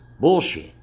Bullshit